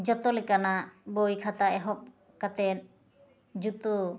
ᱡᱚᱛᱚ ᱞᱮᱠᱟᱱᱟᱜ ᱵᱳᱭ ᱠᱷᱟᱛᱟ ᱮᱦᱚᱵ ᱠᱟᱛᱮᱫ ᱡᱩᱛᱳ